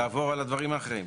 תעבור על הדברים האחרים.